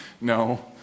No